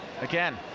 Again